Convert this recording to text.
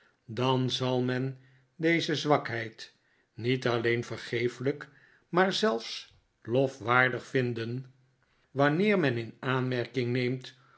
dan zal men deze zwakheid niet alleen vergeeflijk maar zelfs lofwaardig vinden wanneer men in aanmerking neemt